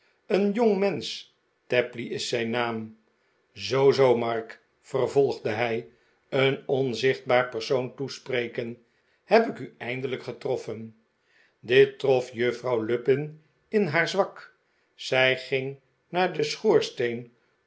een jongmensch tapley is zijn naam zoo zoo mark vervolgde hij een onzichtbaar persoon toesprekend heb ik u eindelijk getroffen dit trof juffrouw lupin in haar zwak zij ging naar den schoorsteen